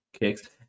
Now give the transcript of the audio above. kicks